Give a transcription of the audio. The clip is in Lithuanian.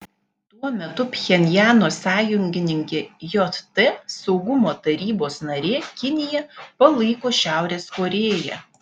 tuo metu pchenjano sąjungininkė jt saugumo tarybos narė kinija palaiko šiaurės korėją